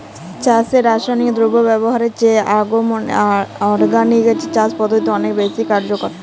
চাষে রাসায়নিক দ্রব্য ব্যবহারের চেয়ে অর্গানিক চাষ পদ্ধতি অনেক বেশি কার্যকর